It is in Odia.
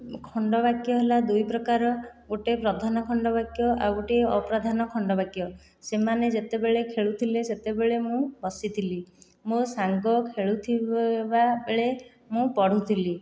ଖଣ୍ଡବାକ୍ୟ ହେଲା ଦୁଇ ପ୍ରକାର ଗୋଟିଏ ପ୍ରଧାନ ଖଣ୍ଡବାକ୍ୟ ଆଉ ଗୋଟିଏ ଅପ୍ରଧାନ୍ୟ ଖଣ୍ଡବାକ୍ୟ ସେମାନେ ଯେତେବେଳେ ଖେଳୁଥିଲେ ସେତେବେଳେ ମୁଁ ବସିଥିଲି ମୋ ସାଙ୍ଗ ଖେଳୁ ଥିବା ବେଳେ ମୁଁ ପଢ଼ୁଥିଲି